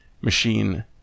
machine